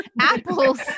apples